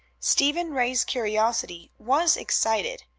stephen ray's curiosity was excited.